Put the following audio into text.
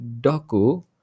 Doku